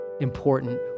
important